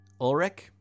Ulrich